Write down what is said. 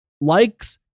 Likes